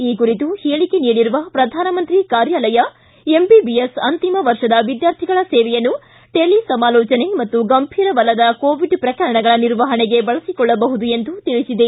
ಈ ಕುರಿತ ಹೇಳಿಕೆ ನೀಡಿರುವ ಪ್ರಧಾನಮಂತ್ರಿ ಕಾರ್ಯಾಲಯ ಎಂಬಿಬಿಎಸ್ ಅಂತಿಮ ವರ್ಷದ ವಿದ್ವಾರ್ಥಿಗಳ ಸೇವೆಯನ್ನು ಟಿಲಿ ಸಮಾಲೋಜನೆ ಮತ್ತು ಗಂಭೀರವಲ್ಲದ ಕೋವಿಡ್ ಪ್ರಕರಣಗಳ ನಿರ್ವಹಣೆಗೆ ಬಳಸಿಕೊಳ್ಳಬಹುದು ಎಂದು ತಿಳಿಸಿದೆ